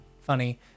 funny